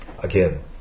Again